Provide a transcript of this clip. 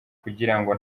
kugira